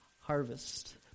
harvest